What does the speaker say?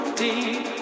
deep